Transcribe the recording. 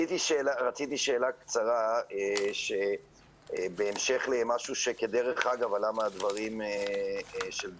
יש לי שאלה בהמשך למשהו שעלה מהדברים של דסי,